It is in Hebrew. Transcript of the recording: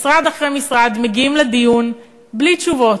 משרד אחרי משרד מגיעים לדיון בלי תשובות,